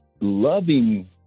loving